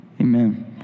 Amen